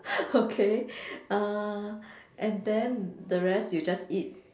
okay uh and then the rest you just eat